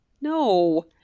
No